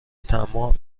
طماع